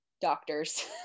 doctors